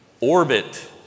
Orbit